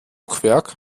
stockwerk